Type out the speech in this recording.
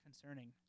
Concerning